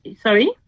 sorry